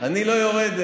אני לא יורד,